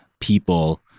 people